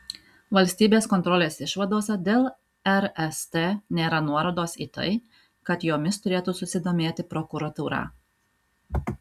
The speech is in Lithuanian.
valstybės kontrolės išvadose dėl rst nėra nuorodos į tai kad jomis turėtų susidomėti prokuratūra